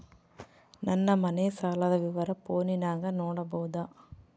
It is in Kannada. ನನ್ನ ಮನೆ ಸಾಲದ ವಿವರ ಫೋನಿನಾಗ ನೋಡಬೊದ?